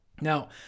Now